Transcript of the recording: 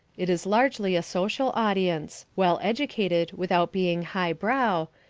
it is largely a social audience, well educated without being highbrow,